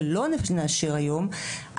ולא נאשר היום,